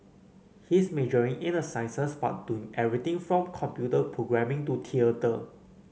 he is majoring in the sciences but doing everything from computer programming to theatre